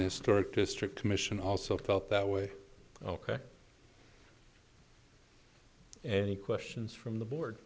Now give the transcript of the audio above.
this story district commission also felt that way ok any questions from the board